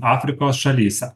afrikos šalyse